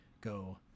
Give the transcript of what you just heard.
go